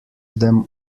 them